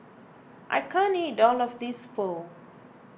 I can't eat all of this Pho